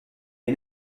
une